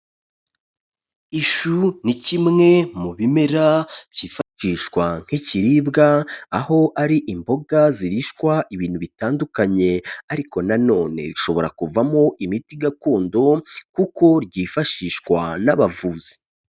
Ishu ni kimwe mu bimera byifashishwa nk'ikiribwa, aho ari imboga zirishwa ibintu bitandukanye ariko nanone rishobora kuvamo imiti gakondo kuko ryifashishwa n'abavuzi.